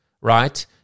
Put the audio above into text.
right